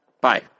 Bye